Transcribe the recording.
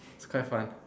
quite fun